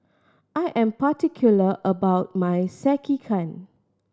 I am particular about my Sekihan